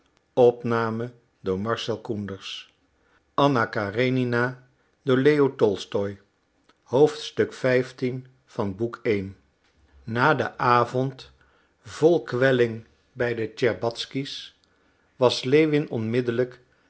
na den avond vol kwelling bij de tscherbatzky's was lewin onmiddellijk